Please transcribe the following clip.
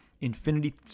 Infinity